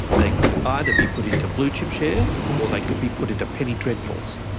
they could either be put into blue chip shares or they could be put into penny dreadfuls.